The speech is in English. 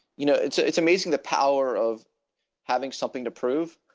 you know it's ah it's amazing the power of having something to prove.